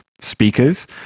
speakers